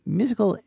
musical